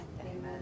Amen